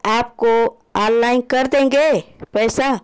आपको आनलाइन कर देंगे तो पैसा